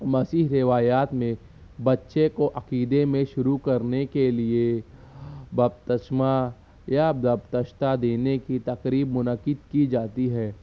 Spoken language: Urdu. مسیحی روایات میں بچے کو عقیدے میں شروع کرنے کے لیے بپتسمہ یا دبتشطہ دینے کی تقریب منعقد کی جاتی ہے